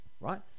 right